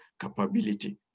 capability